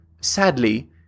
sadly